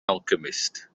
alchemist